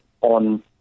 on